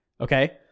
Okay